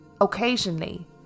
Occasionally